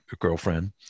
girlfriend